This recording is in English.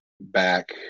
back